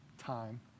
time